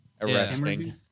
arresting